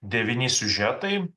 devyni siužetai